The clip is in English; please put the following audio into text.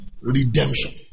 redemption